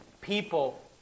people